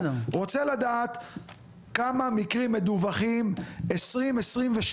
אני רוצה לדעת כמה מקרים מדווחים ב-2022.